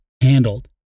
handled